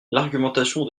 l’argumentation